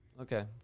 Okay